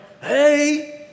Hey